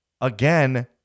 again